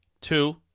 two